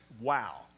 Wow